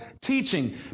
teaching